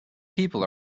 people